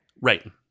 Right